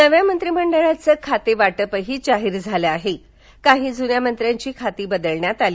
नव्या मंत्रीमंडळाचं खातेवाटपही जाहीर झालं आहे काही जुन्या मंत्र्यांची खाती बदलण्यात आली